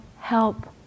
help